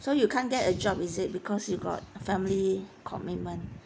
so you can't get a job is it because you got family commitment